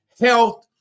health